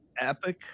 epic